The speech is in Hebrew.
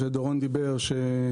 שדורון דיבר עליה,